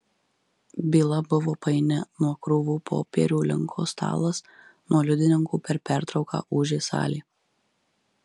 byla buvo paini nuo krūvų popierių linko stalas nuo liudininkų per pertrauką ūžė salė